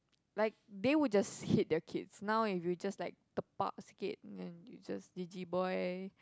like they would just hit their kids now if you just like tepak sikit kan you just jiji boy